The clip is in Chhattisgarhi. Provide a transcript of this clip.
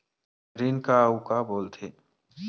ऋण का अउ का बोल थे?